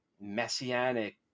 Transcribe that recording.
messianic